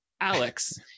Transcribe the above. Alex